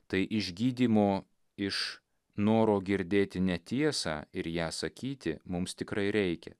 tai išgydymo iš noro girdėti netiesą ir ją sakyti mums tikrai reikia